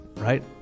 right